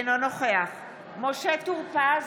אינו נוכח משה טור פז,